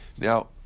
Now